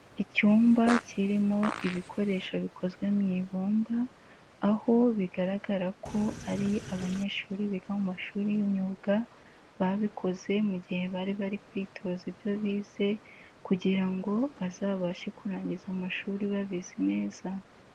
Icyumba kirimo ibikoresho bikozwe mu ibumba, aho bigaragara ko ari abanyeshuri biga mu mashuri y'imyuga babikoze mu gihe bari bari kwitoza ibyo bize kugira ngo bazabashe kurangiza amashuri babizi neza.